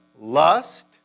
lust